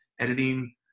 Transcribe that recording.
editing